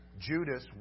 Judas